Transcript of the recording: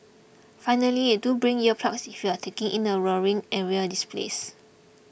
finally do bring ear plugs if you are taking in the roaring aerial displays